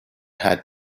had